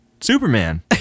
Superman